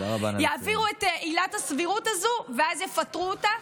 יעבירו את עילת הסבירות הזאת ואז יפטרו אותה,